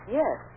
yes